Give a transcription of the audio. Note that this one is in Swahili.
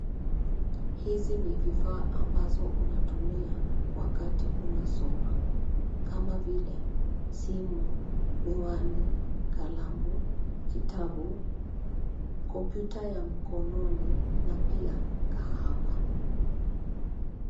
Hizi ni vifaa ambazo unatumia wakati unasoma, kama vile: simu, miwani, kalamu, kitabu, kompyuta ya mkononi na pia kahawa.